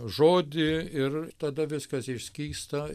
žodį ir tada viskas išskysta